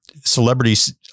celebrities